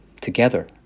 together